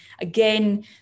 again